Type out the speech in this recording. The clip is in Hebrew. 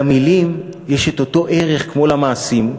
למילים יש את אותו ערך כמו למעשים,